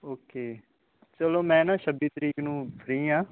okay ਚਲੋ ਮੈਂ ਨਾ ਛੱਬੀ ਤਰੀਕ ਨੂੰ ਫਰੀ ਹਾਂ